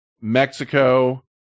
Mexico